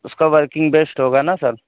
اس کو working best ہوگا نہ سر